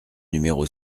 numéro